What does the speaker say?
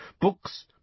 Books